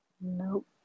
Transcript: Nope